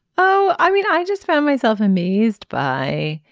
oh i read i just found myself amazed by